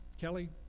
Kelly